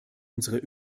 unsere